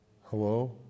Hello